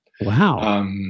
Wow